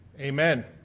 Amen